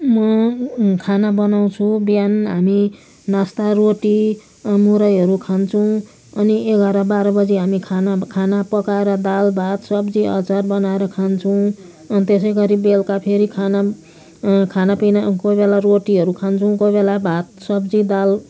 म खाना बनाउँछु बिहान हामी नास्ता रोटी मुरैहरू खान्छौँ अनि एघार बाह्र बजी हामी खाना खाना पकाएर दाल भात सब्जी अचार बनाएर खान्छौँ त्यसै गरी बेलुका फेरि खाना खानापिना अब कोही बेला रोटीहरू खान्छौँ कोही बेला भात सब्जी दाल